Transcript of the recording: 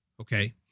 Okay